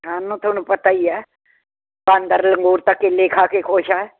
ਹਾਂ ਥੋਨੂੰ ਪਤਾ ਈ ਐ ਬਾਂਦਰ ਲੰਗੂਰ ਤਾਂ ਕੇਲੇ ਖਾ ਕੇ ਖੁਸ਼ ਐ